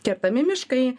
kertami miškai